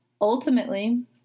ultimately